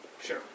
Sure